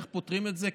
איך פותרים את זה?